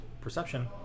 Perception